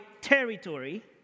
territory